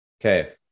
Okay